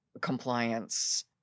compliance